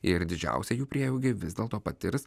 ir didžiausią jų prieaugį vis dėl to patirs